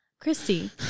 Christy